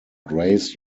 grace